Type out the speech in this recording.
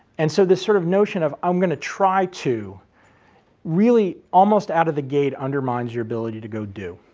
and so this sort of notion of i'm going to try to really almost out of the gate undermines your ability to go do.